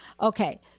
Okay